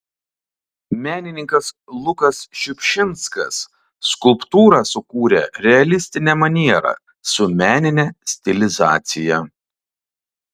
menininkas lukas šiupšinskas skulptūrą sukūrė realistine maniera su menine stilizacija